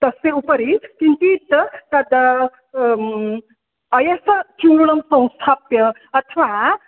तस्य उपरि किञ्चित् तद् अयसचूर्णं संस्थाप्य अथवा